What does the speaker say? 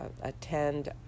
attend